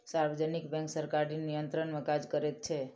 सार्वजनिक बैंक सरकारी नियंत्रण मे काज करैत छै